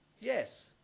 yes